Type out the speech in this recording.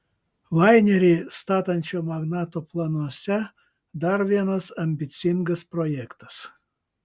lainerį statančio magnato planuose dar vienas ambicingas projektas